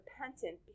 repentant